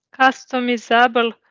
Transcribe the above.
customizable